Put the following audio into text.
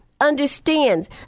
understands